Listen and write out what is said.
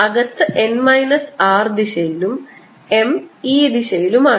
അകത്ത് n minus r ദിശയിലും M ഈ ദിശയിലുമാണ്